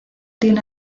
tiene